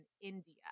India